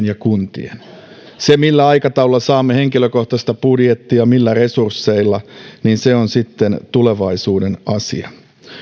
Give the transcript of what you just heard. ja kuntia se millä aikataululla saamme henkilökohtaista budjettia ja millä resursseilla on sitten tulevaisuuden asia